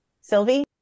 Sylvie